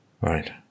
Right